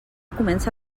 comença